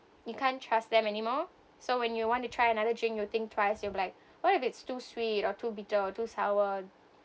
you can't trust them anymore so when you want to try another drink you think twice you be like what if it's too sweet or too bitter too sour